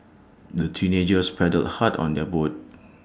the teenagers paddled hard on their boat